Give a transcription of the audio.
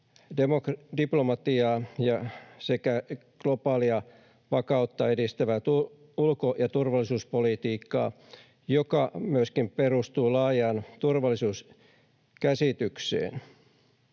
diplomatiaa sekä globaalia vakautta edistävää ulko- ja turvallisuuspolitiikkaa, joka myöskin perustuu laajaan turvallisuuskäsitykseen.